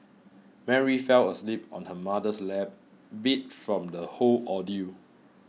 Mary fell asleep on her mother's lap beat from the whole ordeal